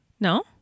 No